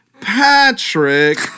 Patrick